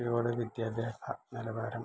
ഇവിടെ വിദ്യാഭ്യാസ നിലവാരം